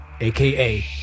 aka